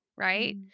right